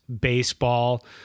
baseball